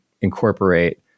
incorporate